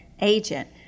agent